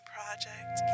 Project